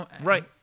Right